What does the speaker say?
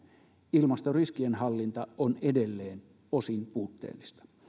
ilmastoriskien hallinta on edelleen osin puutteellista